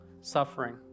suffering